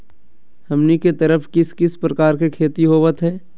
हमनी के तरफ किस किस प्रकार के खेती होवत है?